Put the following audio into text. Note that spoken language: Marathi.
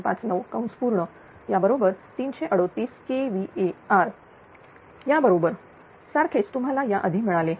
4259 याबरोबर 338 kVAr याबरोबर सारखेच तुम्हाला याआधी मिळाले